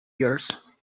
years